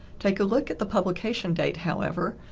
take a look at the publication date however,